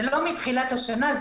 זה לא מתחילת השנה,